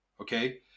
Okay